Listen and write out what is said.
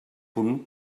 punt